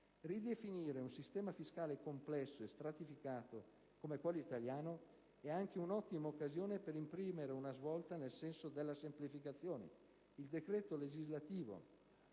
Ridefinire un sistema fiscale complesso e stratificato come quello italiano è anche un'ottima occasione per imprimere una svolta nel senso della semplificazione.